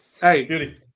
Hey